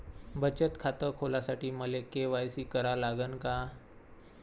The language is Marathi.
बचत खात खोलासाठी मले के.वाय.सी करा लागन का?